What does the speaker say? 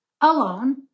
alone